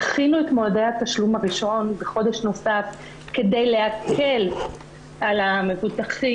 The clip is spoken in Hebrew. דחינו את מועדי התשלום הראשון בחודש נוסף כדי להקל על המבוטחים.